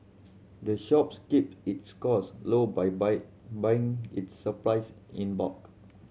the shops keep its costs low by buy buying its supplies in bulk